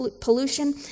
pollution